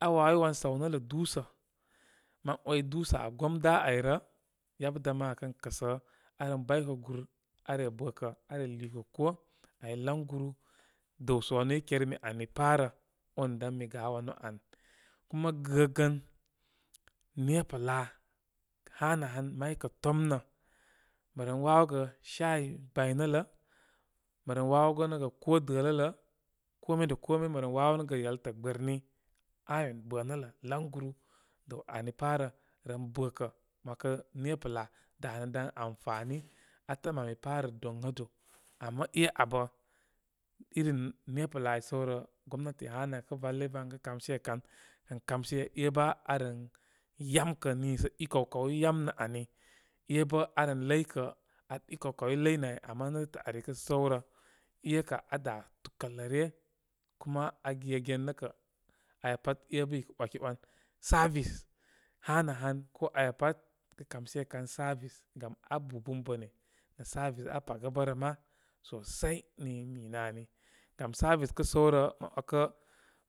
A wawe wan saw nə lə dūsə mə 'way dūsə' aa gom da a'yrə yabə dama akən kəsə. Aren baykə gūr are bə kə' are liikə' koo. Ay laŋguru dəw sə wanu i kergi mi ani pa' rə on dan mi ga' wanu an. Kuma gəgən nepa laa kə hanə nan may kə' tomnə. Mə nen wawogə shayi baynələ, məren wawonəgə koo dələlə', komi da komi mə ren wawonəgə yaltə' gbaturrmi, iron bənələ, laŋganin dəw ani parə, ren bəkə. Mə 'wakə nepa laa danə dan amfani əm ami parə donŋado. Ama e' abə irin nepa na a'y səw rə. Gomnati aa hanə i kə vale ran kə' kamshe kan. kən kamshe, e'bə aren yamkə niisə i kaw, kaw i yamnə ani. E bə aren ləykə ari kaw-kaw i ləynə āy. Ama netətə' ari kə' səwrə, ebar kə ga dā tukəl lə ryə. Kuma aa gegen nə' kə' aya pat e'bə i kə 'wakewan. Service hanə han ko aya pad kə' kamshe kan service gam aa bubun bone nə service aa paga bə rə mā sosai. Nii mi minə ani. Gam service kə səw rə, mə 'wakə